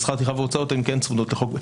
שכר טרחה והוצאות כן צמודות לחוק.